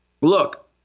look